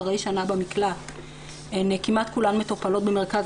אחרי שנה במקלט כמעט כולן מטופלות במרכז